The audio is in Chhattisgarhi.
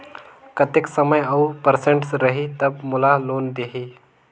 कतेक समय और परसेंट रही तब मोला लोन देही?